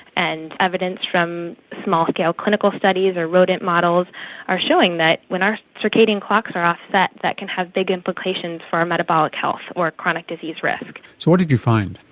and evidence from small-scale clinical studies or rodent models are showing that when our circadian clocks are um offset, that can have big implications for our metabolic health or chronic disease risk. so what did you find?